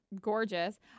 gorgeous